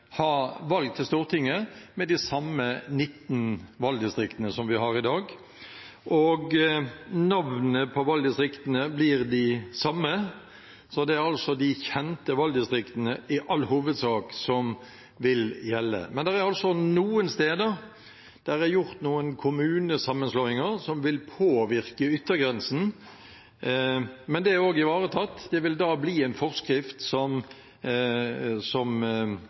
ha valg til Stortinget med de samme 19 valgdistriktene som vi har i dag. Navnet på valgdistriktene blir det samme, så det er altså de kjente valgdistriktene som i all hovedsak vil gjelde. Noen steder er det gjort noen kommunesammenslåinger som vil påvirke yttergrensen, men det er også ivaretatt. Det vil bli en forskrift som